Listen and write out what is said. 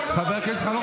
חבר הכנסת חנוך